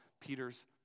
Peter's